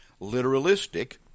literalistic